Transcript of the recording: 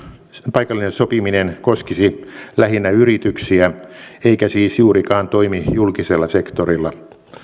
paikallinen sopiminen koskisi lähinnä yrityksiä eikä siis juurikaan toimi julkisella sektorilla